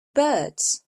birds